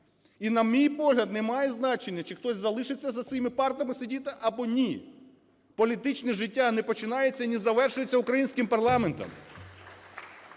І, на мій погляд, не має значення, чи хтось залишиться за цими партами сидіти, або ні. Політичне життя не починається і не завершується українським парламентом,